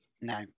No